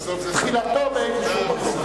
תחילתו באיזה מקום.